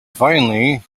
finally